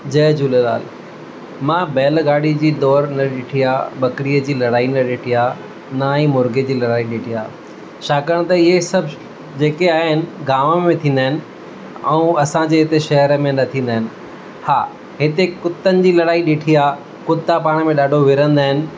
जय झूलेलाल मां बैलगाॾी जी दौड़ न ॾिठी आहे ॿकरीअ जी लड़ाई न ॾिठी आहे ना ई मुर्गे जी लड़ाई ॾिठी आहे छाकणि त इहे सभु जेके आहिनि गांव में थींदा आहिनि ऐं असांजे हिते शहर में न थींदा आहिनि हा हिते कुतनि जी लड़ाई ॾिठी आहे कुता पाण में ॾाढो विणंदा आहिनि